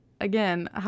again